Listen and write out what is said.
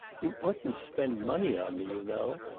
you oughtn't to spend money on me, you know.